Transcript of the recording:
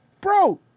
bro